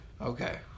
Okay